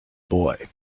boy